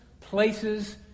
places